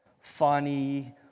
funny